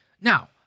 Now